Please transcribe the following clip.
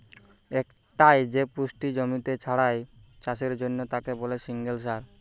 একটাই যে পুষ্টি জমিতে ছড়ায় চাষের জন্যে তাকে বলে সিঙ্গল সার